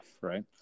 right